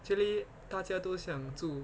actually 大家都想住